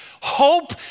hope